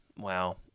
Wow